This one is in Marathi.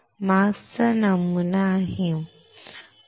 मास्क चा नमुना आहे बरोबर